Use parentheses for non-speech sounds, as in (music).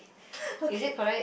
(noise) okay